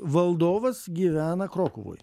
valdovas gyvena krokuvoj